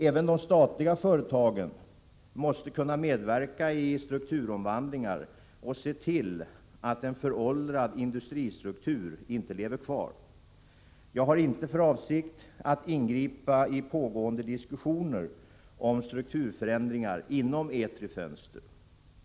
Även de statliga företagen måste kunna medverka i strukturomvandlingar och se till att en föråldrad industristruktur inte lever kvar. Jag har inte för avsikt att ingripa i pågående diskussioner om strukturförändringar inom Etri Fönster.